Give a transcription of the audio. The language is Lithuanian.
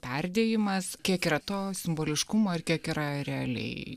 perdėjimas kiek yra to simboliškumo ir kiek yra realiai